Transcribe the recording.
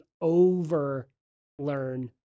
over-learn